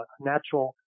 natural